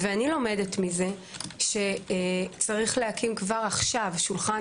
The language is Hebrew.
אני לומדת מזה שצריך להקים כבר עכשיו שולחן